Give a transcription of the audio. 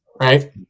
right